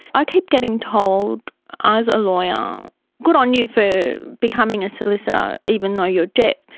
i keep getting told as a lawyer good on you for becoming a solicitor, even though you're deaf.